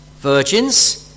virgins